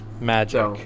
magic